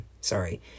sorry